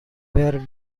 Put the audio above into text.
where